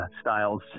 styles